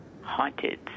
haunted